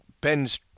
Ben's